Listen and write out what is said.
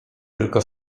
tylko